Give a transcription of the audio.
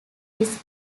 his